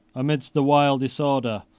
amidst the wild disorder,